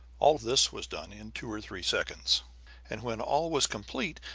all this was done in two or three seconds and when all was complete,